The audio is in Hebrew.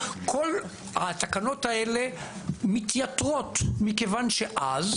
כל התקנות האלה מתייתרות מכיוון שאז